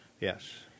Yes